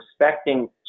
respecting